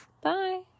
Bye